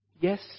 Yes